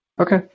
Okay